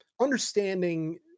understanding